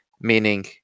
meaning